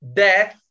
death